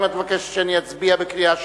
האם את מבקשת שאני אצביע בקריאה שלישית?